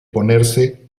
ponerse